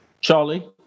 Charlie